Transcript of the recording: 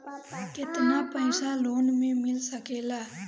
केतना पाइसा लोन में मिल सकेला?